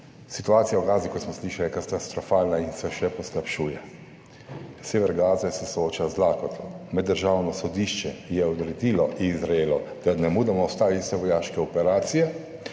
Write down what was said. Situacija v Gazi, kot smo slišali, je katastrofalna in se še poslabšuje. Sever Gaze se sooča z lakoto, Meddržavno sodišče je odredilo Izraelu, da nemudoma ustavi vse vojaške operacije